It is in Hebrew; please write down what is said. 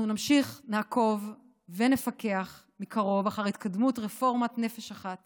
אנחנו נמשיך לעקוב ולפקח מקרוב על התקדמות רפורמת נפש אחת